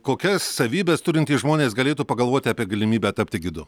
kokias savybes turintys žmonės galėtų pagalvoti apie galimybę tapti gidu